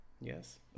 Yes